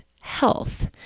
health